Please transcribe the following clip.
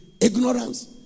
Ignorance